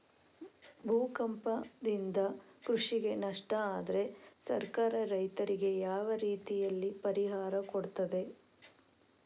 ಭೂಕಂಪದಿಂದ ಕೃಷಿಗೆ ನಷ್ಟ ಆದ್ರೆ ಸರ್ಕಾರ ರೈತರಿಗೆ ಯಾವ ರೀತಿಯಲ್ಲಿ ಪರಿಹಾರ ಕೊಡ್ತದೆ?